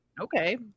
Okay